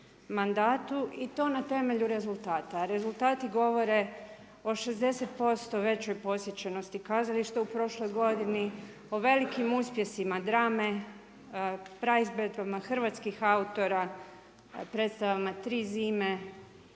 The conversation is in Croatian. i to na temelju rezultata. Rezultati govore o 60% većoj posjećenosti kazališta u prošloj godini, o velikim uspjesima drame, praizvedbama hrvatskih autora, predstavama tri zime,